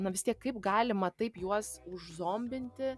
na vis tiek kaip galima taip juos užzombinti